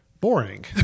Boring